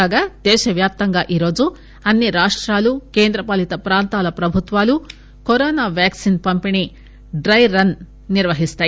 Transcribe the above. కాగా దేశవ్యాప్తంగా ఈరోజు అన్ని రాష్ట్రాలు కేంద్రపాలిత ప్రాంతాల ప్రభుత్వాలు కోరోనా వ్యాక్సిన్ పంపిణీ డ్రె రన్ నిర్వహిస్తాయి